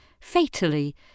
fatally